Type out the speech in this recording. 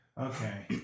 Okay